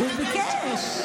הוא ביקש.